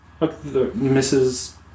Mrs